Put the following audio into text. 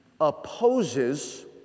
opposes